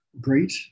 great